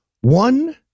one